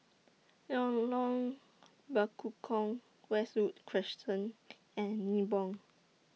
Lorong Bekukong Westwood Crescent and Nibong